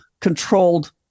controlled